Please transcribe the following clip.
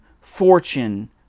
fortune